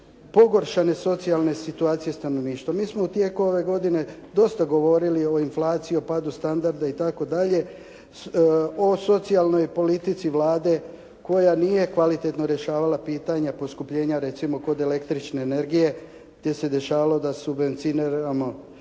pogoršane socijalne situacije stanovništva. Mi smo u tijeku ove godine dosta govorili o inflaciji, padu standarda itd., o socijalnoj politici Vlade koja nije kvalitetno rješavala pitanja poskupljenja recimo kod električne energije te se dešavalo da subvencioniramo